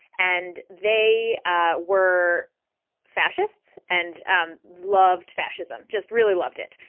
and they ah were fascists and um loved fascism, just really loved it.